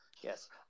Yes